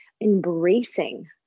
embracing